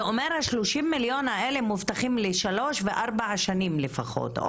זה אומר ש-30 המיליון האלה מובטחים לשלוש וארבע שנים לפחות.